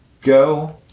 go